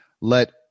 Let